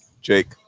Jake